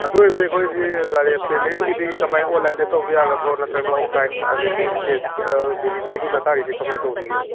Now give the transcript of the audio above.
ꯑꯗꯨ ꯑꯣꯏꯕꯗꯤ ꯑꯩꯈꯣꯏꯁꯤ ꯒꯥꯔꯤ ꯄꯦꯃꯦꯟꯒꯤꯗꯤ ꯀꯃꯥꯏꯅ ꯑꯣꯟꯂꯥꯏꯟꯗ ꯇꯧꯕ ꯌꯥꯒꯗ꯭ꯔꯑꯣ ꯅꯠꯇ꯭ꯔꯒꯅ ꯑꯣꯐ ꯂꯥꯏꯟ ꯑꯗꯒꯤ ꯀꯦꯁ ꯗꯤꯂꯤꯕꯔꯤꯒꯤ ꯃꯇꯥꯡꯁꯦ ꯀꯃꯥꯏꯅ ꯇꯧꯕꯤꯒꯦ